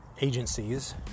agencies